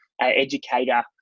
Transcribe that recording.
educator